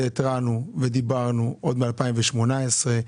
התרענו ודיברנו ב-2018,